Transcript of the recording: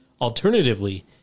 Alternatively